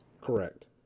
Correct